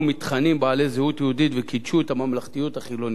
מתכנים בעלי זהות יהודית וקידשו את הממלכתיות החילונית.